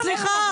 סליחה.